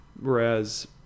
Whereas